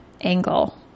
angle